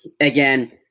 again